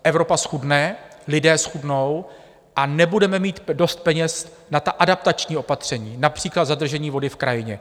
Evropa zchudne, lidé zchudnou a nebudeme mít dost peněz na ta adaptační opatření, například zadržení vody v krajině.